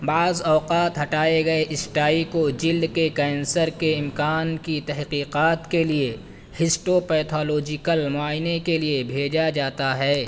بعض اوقات ہٹائے گئے اسٹائی کو جلد کے کینسر کے امکان کی تحقیقات کے لیے ہسٹوپیتھالوجیکل معائنے کے لیے بھیجا جاتا ہے